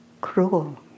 cruel